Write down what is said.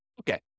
Okay